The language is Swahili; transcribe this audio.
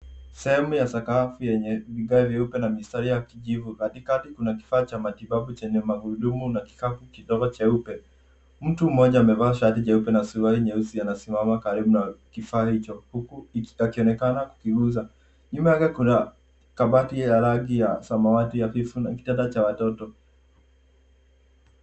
Sehemu ya sakafu yenye vifaa vyeupe na mistari ya kijivu, Katikati kuna kifaa cha matibabu chenye magurudumu na kikapu kidogo cheupe. Mtu mmoja amevaa shati jeupe na suruali nyeusi anasimama karibu na kifaa hicho huku akionekana kukiguza. Nyuma yake kuna kabati ya rangi ya samawati hafifu na kitanda cha watoto.